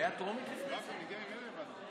היא צריכה להגיע לוועדת הכנסת,